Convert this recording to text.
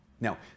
Now